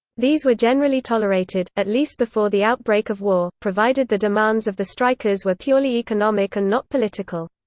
these were generally tolerated, at least before the outbreak of war, provided the demands of the strikers were purely economic and not political.